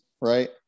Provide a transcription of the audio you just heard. right